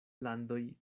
landoj